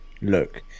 look